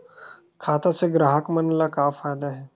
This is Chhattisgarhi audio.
खाता से ग्राहक मन ला का फ़ायदा हे?